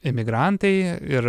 emigrantai ir